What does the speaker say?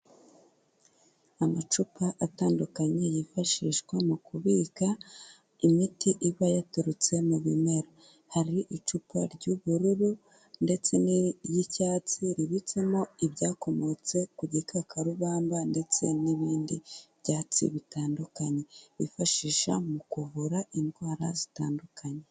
Amacupa atandukanye yifashishwa mu kubika imiti iba yaturutse mu bimera, hari icupa ry'ubururu ndetse n'iry'icyatsi ribitsemo ibyakomotse ku gikakarubamba ndetse n'ibindi byatsi bitandukanye bifashisha mu kuvura indwara zitandukanye.